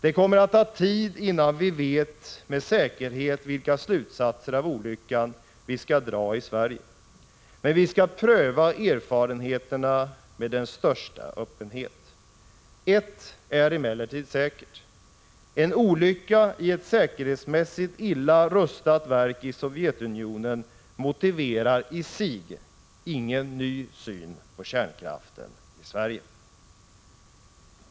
Det kommer att ta tid innan vi med säkerhet vet vilka slutsatser av olyckan vi skall dra i Sverige, men vi skall pröva erfarenheterna med den största öppenhet. Ett är emellertid säkert: en olycka i ett säkerhetsmässigt illa rustat verk i Sovjetunionen motiverar i sig ingen ny syn på kärnkraften i Sverige.